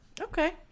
Okay